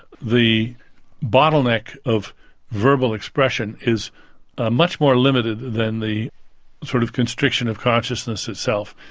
the bottleneck of verbal expression is ah much more limited than the sort of constriction of consciousness itself,